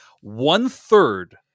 one-third